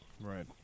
Right